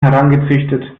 herangezüchtet